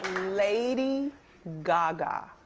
lady gaga.